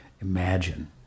imagine